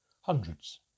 Hundreds